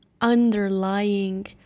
underlying